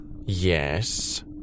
yes